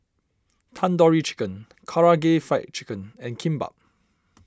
Tandoori Chicken Karaage Fried Chicken and Kimbap